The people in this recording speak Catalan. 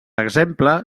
exemple